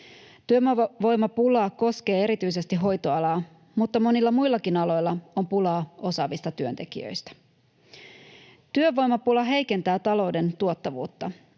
Työvoimapula koskee erityisesti hoitoalaa, mutta monilla muillakin aloilla on pulaa osaavista työntekijöistä. Työvoimapula heikentää talouden tuottavuutta.